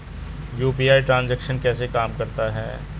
UPI transaction कैसे काम करता है?